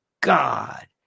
God